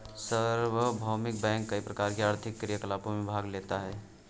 सार्वभौमिक बैंक कई प्रकार के आर्थिक क्रियाकलापों में भाग लेता है